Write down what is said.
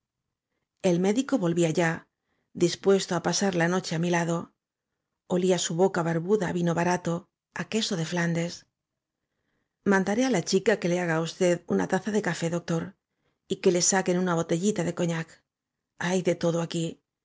el médico volvía ya dispuesto á pasar la noche á mi lado olía su boca barbuda á vino barato á queso de flandes mandaré á la chica que le haga á usted una taza de café doctor y que le saquen unabptellita de cognac hay de todo aquí